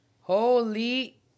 Holy